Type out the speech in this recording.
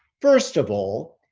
first of all,